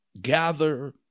gather